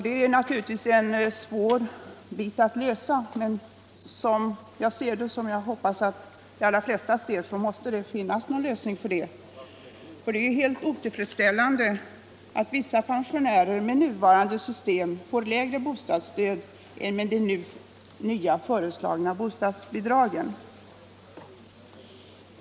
Det är ett stort avsnitt att angripa, men som jag — och som jag hoppas alla — ser det måste det finnas en lösning på den frågan. Det är helt otillfredsställande att vissa pensionärer med nuvarande system får lägre bostadsstöd än med de nu föreslagna bostadsbidragen.